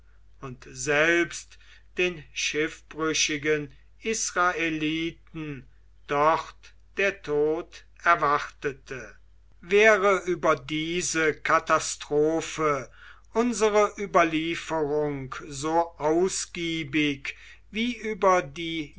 und selbst den schiffbrüchigen israeliten dort der tod erwartete wäre über diese katastrophe unsere überlieferung so ausgiebig wie über die